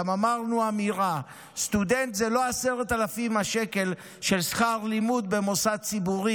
גם אמרנו אמירה: סטודנט זה לא 10,000 שקלים של שכר לימוד במוסד ציבורי,